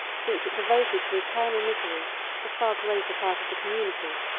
since it devoted to eternal misery the far greater part of the community,